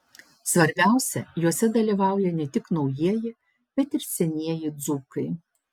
svarbiausia juose dalyvauja ne tik naujieji bet ir senieji dzūkai